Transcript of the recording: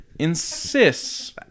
Insists